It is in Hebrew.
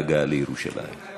הכתובת היא הממשלה, שר האוצר, אבל